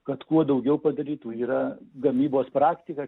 kad kuo daugiau padarytų yra gamybos praktika